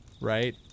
right